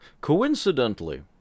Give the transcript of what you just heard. Coincidentally